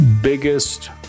biggest